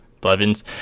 Blevins